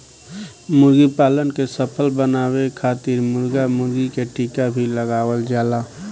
मुर्गीपालन के सफल बनावे खातिर मुर्गा मुर्गी के टीका भी लगावल जाला